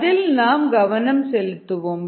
அதில் நாம் கவனம் செலுத்துவோம்